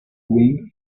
wing